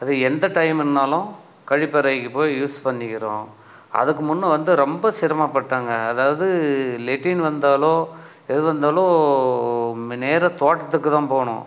அது எந்த டைமுனாலும் கழிப்பறைக்கு போய் யூஸ் பண்ணிக்கிறோம் அதுக்கு முன்னே வந்து ரொம்ப சிரமப்பட்டோங்க அதாவது லெட்டின் வந்தாலோ எது வந்தாலோ நேராக தோட்டத்துக்கு தான் போகணும்